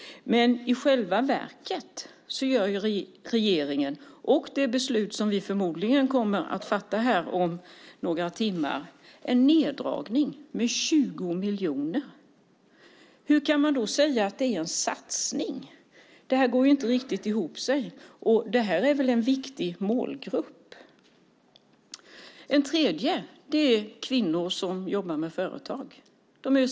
Men i själva verket innebär det beslut som vi förmodligen kommer att fatta här om några timmar en neddragning med 20 miljoner. Hur kan man då säga att det är en satsning. Det här går inte riktigt ihop. Detta är väl en viktig målgrupp? Ett tredje exempel är kvinnor som jobbar med företag.